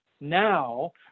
now